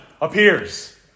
appears